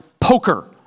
poker